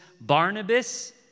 Barnabas